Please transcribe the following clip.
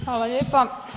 Hvala lijepa.